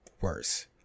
worse